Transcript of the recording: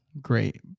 great